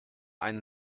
einen